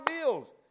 bills